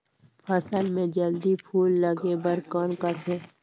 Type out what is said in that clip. फसल मे जल्दी फूल लगे बर कौन करथे?